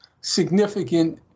significant